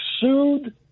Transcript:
sued